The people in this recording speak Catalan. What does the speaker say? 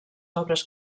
obres